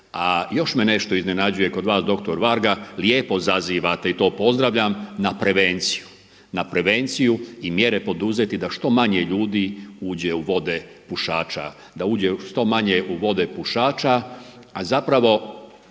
Još me nešto iznenađuje kod vas dr. Varga, lijepo zazivate i to pozdravljam na prevenciju, na prevenciju i mjere poduzeti da što manje ljudi uđe u vode pušača. Da uđe što manje u vode pušača a zapravo